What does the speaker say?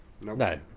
No